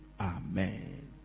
Amen